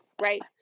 Right